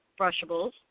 brushables